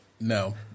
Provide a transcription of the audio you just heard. No